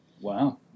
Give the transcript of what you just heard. Wow